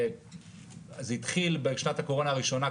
זה התחיל בשנת הקורונה הראשונה,